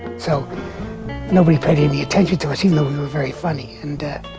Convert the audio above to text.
so nobody paid any attention to to you know very funny. and at.